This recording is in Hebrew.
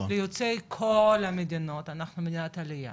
ליוצאי כל המדינות, אנחנו מדינת עלייה